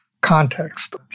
context